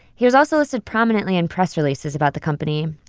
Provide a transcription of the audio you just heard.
he was also listed prominently in press releases about the company,